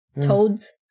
toads